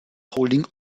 holding